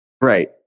Right